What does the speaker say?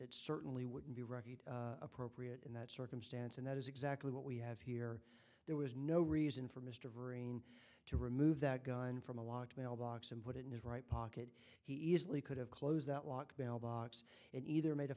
it certainly wouldn't be rocky appropriate in that circumstance and that is exactly what we have here there was no reason for mr of rain to remove that gun from a locked mailbox and put it in his right pocket he easily could have closed that lock box and either made a